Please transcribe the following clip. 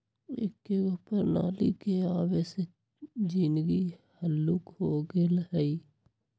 एकेगो प्रणाली के आबे से जीनगी हल्लुक हो गेल हइ